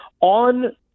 on